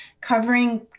covering